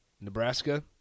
nebraska